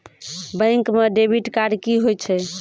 Bank म debit card की होय छै?